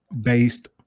based